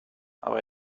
aber